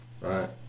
Right